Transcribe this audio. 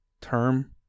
term